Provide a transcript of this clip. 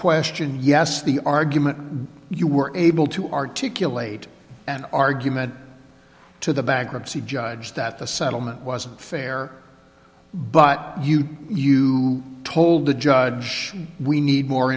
question yes the argument you were able to articulate and argument to the backup c judge that the settlement was unfair but you you told the judge we need more